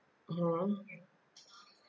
mmhmm